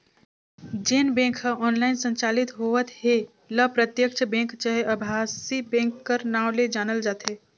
जेन बेंक ह ऑनलाईन संचालित होवत हे ल प्रत्यक्छ बेंक चहे अभासी बेंक कर नांव ले जानल जाथे